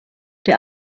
der